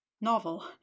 novel